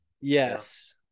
yes